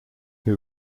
who